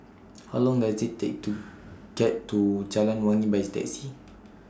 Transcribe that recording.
How Long Does IT Take to get to Jalan Wangi By Taxi